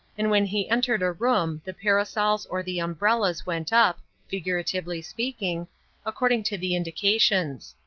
and when he entered a room the parasols or the umbrellas went up figuratively speaking according to the indications.